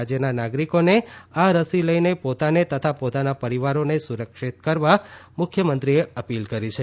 રાજ્યના નાગરિકોને આ રસી લઇને પોતાને તથા પોતાના પરિવારોને સુરક્ષીત કરવા મુખ્યમંત્રીએ અપીલ કરી છે